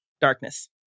Darkness